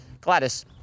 Gladys